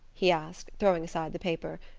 he asked, throwing aside the paper.